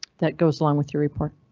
that goes along with your report.